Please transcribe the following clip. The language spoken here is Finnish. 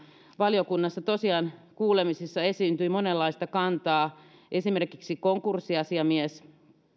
valiokunnassa tosiaan kuulemisissa esiintyi monenlaista kantaa esimerkiksi konkurssiasiamies